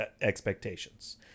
expectations